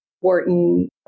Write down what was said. Wharton